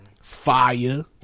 Fire